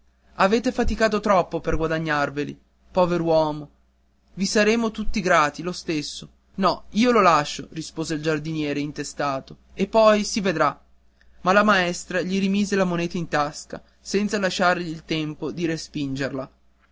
avete faticato troppo per guadagnarveli pover uomo i saremo tutti grati lo stesso no io lo lascio rispose il giardiniere intestato e poi si vedrà ma la maestra gli rimise la moneta in tasca senza lasciargli il tempo di respingerla